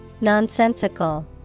Nonsensical